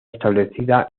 establecida